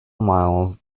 miles